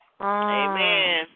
Amen